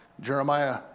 Jeremiah